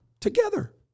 Together